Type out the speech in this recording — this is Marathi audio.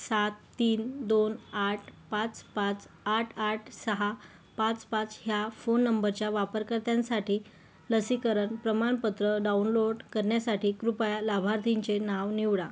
सात तीन दोन आठ पाच पाच आठ आठ सहा पाच पाच ह्या फोन नंबरच्या वापरकर्त्यांसाठी लसीकरण प्रमाणपत्र डाउनलोड करण्यासाठी कृपया लाभार्थींचे नाव निवडा